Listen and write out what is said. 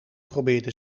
probeerde